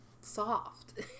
soft